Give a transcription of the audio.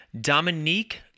Dominique